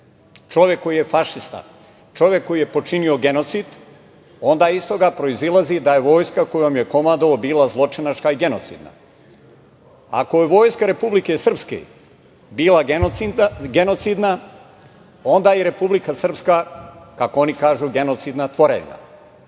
čovek koji je fašista, čovek koji je počinio genocid, onda iz toga proizilazi da je vojska kojom je komandovao bila zločinačka i genocidna. Ako je Vojska Republike Srpske bila genocidna, onda je i Republika Srpska, kako oni kažu, genocidna tvorevina.